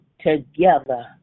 together